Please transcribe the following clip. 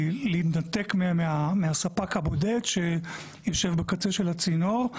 להתנתק מהספק הבודד שיושב בקצה של הצינור.